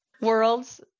Worlds